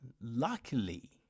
Luckily